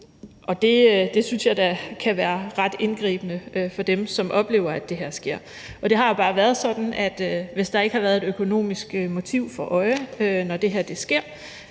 Det synes jeg da må være ret indgribende for dem, som oplever det her ske. Det har bare været sådan, at hvis der ikke har været et økonomisk motiv for øje, når det her er